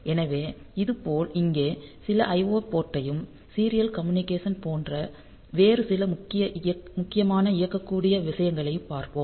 எனவே இதேபோல் இங்கே சில IO போர்ட்டையும் சீரியல் கம்யூனிகேஷன் போன்ற வேறு சில முக்கியமான இயங்கக்கூடிய விஷயங்களையும் பார்ப்போம்